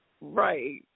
Right